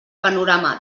panorama